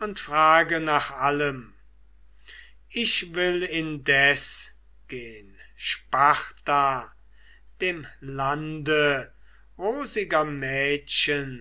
und frage nach allem ich will indes gen sparta dem lande rosiger mädchen